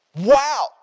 Wow